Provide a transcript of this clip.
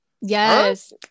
Yes